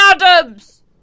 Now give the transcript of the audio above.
Adams